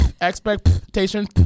expectations